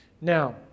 now